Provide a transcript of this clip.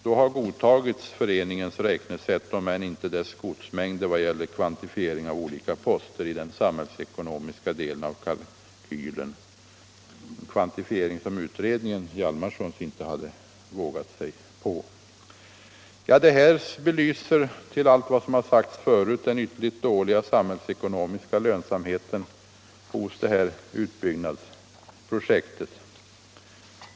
Då har föreningens beräkningsunderlag godtagits, om än inte dess godsmängder vad gäller kvantifiering av olika poster i den samhällsekonomiska delen av kalkylen, en kvantifiering som Hjalmarsonska utredningen inte hade vågat sig på. Det här belyser tillsammans med vad som har sagts förut den ytterligt dåliga samhällsekonomiska lönsamheten hos utbyggnadsprojektet.